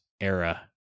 era